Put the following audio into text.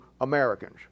Americans